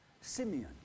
Simeon